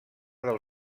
del